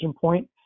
point